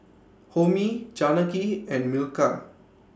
Homi Janaki and Milkha